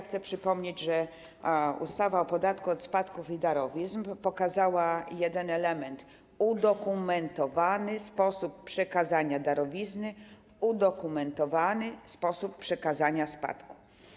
Chcę przypomnieć, że ustawa o podatku od spadków i darowizn pokazała jeden element: udokumentowany sposób przekazania darowizny, udokumentowany sposób przekazania spadku.